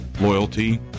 Loyalty